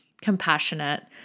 compassionate